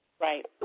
Right